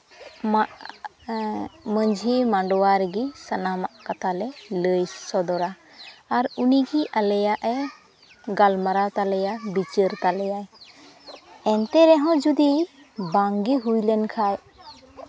ᱢᱟᱜ ᱢᱟᱹᱡᱷᱤ ᱢᱟᱰᱣᱟ ᱨᱮᱜᱮ ᱥᱟᱱᱟᱢᱟᱜ ᱠᱟᱛᱷᱟ ᱞᱮ ᱞᱟᱹᱭ ᱥᱚᱫᱚᱨᱟ ᱟᱨ ᱩᱱᱤᱜᱮ ᱟᱞᱮᱭᱟᱜ ᱮ ᱜᱟᱞᱢᱟᱨᱟᱣ ᱛᱟᱞᱮᱭᱟ ᱵᱤᱪᱟᱹᱨ ᱛᱟᱞᱮᱭᱟ ᱮᱱᱛᱮ ᱨᱮᱦᱚᱸ ᱡᱩᱫᱤ ᱵᱟᱝᱜᱮ ᱦᱩᱭ ᱞᱮᱱ ᱠᱷᱟᱡ